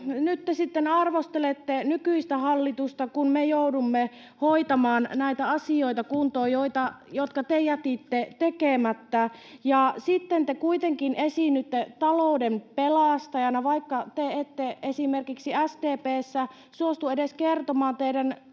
nyt te sitten arvostelette nykyistä hallitusta, kun me joudumme hoitamaan kuntoon näitä asioita, jotka te jätitte tekemättä. Sitten te kuitenkin esiinnytte talouden pelastajana, vaikka te ette esimerkiksi SDP:ssä suostu edes kertomaan teidän